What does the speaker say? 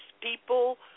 people